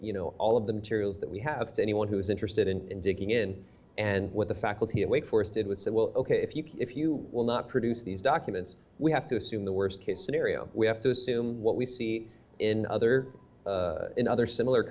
you know all of the materials that we have to anyone who is interested in digging in and what the faculty at wake forest did with said well ok if you can if you will not produce these documents we have to assume the worst case scenario we have to assume what we see in other in other similar